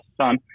son